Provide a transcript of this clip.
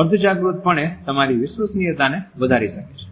અર્ધજાગૃતપણે તમારી વિશ્વસનીયતાને વધારી શકે છે